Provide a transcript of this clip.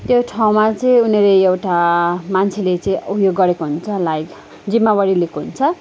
त्यो ठाउँमा चाहिँ उनीहरूले एउटा मान्छेले चाहिँ उयो गरेको हुन्छ लाइक जिम्मेवारी लिएको हुन्छ